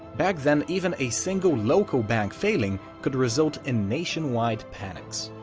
back then even a single local bank failing could result in nationwide panics.